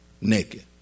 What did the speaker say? naked